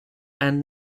and